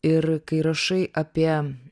ir kai rašai apie